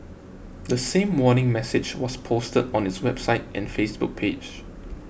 the same warning message was posted on its website and Facebook page